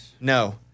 No